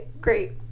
great